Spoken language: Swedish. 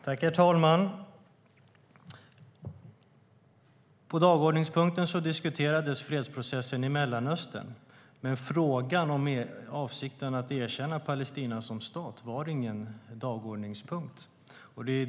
Herr talman! Under dagordningspunkten diskuterades fredsprocessen i Mellanöstern, men frågan om avsikten att erkänna Palestina som stat var ingen dagordningspunkt.